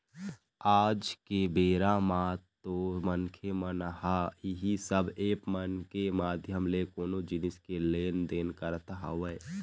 आज के बेरा म तो मनखे मन ह इही सब ऐप मन के माधियम ले कोनो जिनिस के लेन देन करत हवय